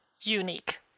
unique